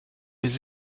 les